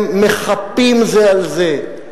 הם מחפים על זה על זה,